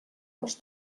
els